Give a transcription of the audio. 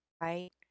right